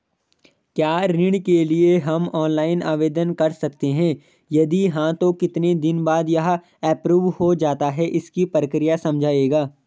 क्या ऋण के लिए हम ऑनलाइन आवेदन कर सकते हैं यदि हाँ तो कितने दिन बाद यह एप्रूव हो जाता है इसकी प्रक्रिया समझाइएगा?